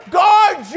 guard